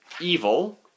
Evil